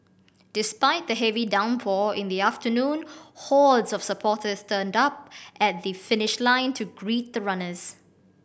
despite the heavy downpour in the afternoon hordes of supporters turned up at the finish line to greet the runners